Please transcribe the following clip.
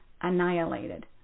annihilated